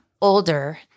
older